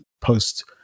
post-